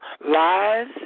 lies